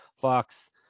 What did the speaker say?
Fox